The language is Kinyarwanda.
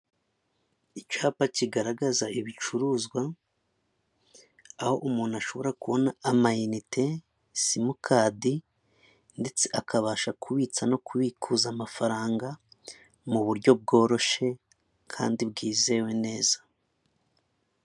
Icyapa kigaragaza ibicuruzwa, aho umuntu ashobora kubona amayinite, simukadi ndetse akabasha kubitsa no kubikuza amafaranga, mu buryo bworoshye kandi bwizewe neza.